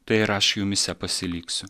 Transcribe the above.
tai ir aš jumyse pasiliksiu